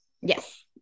Yes